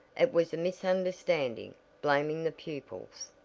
it was a misunderstanding blaming the pupils.